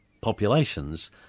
populations